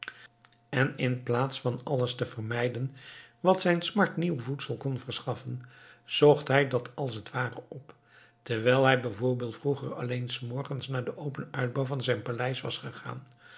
en in plaats van alles te vermijden wat zijn smart nieuw voedsel kon verschaffen zocht hij dat als t ware op terwijl hij bijvoorbeeld vroeger alleen s morgens naar den open uitbouw van zijn paleis was gegaan